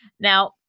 Now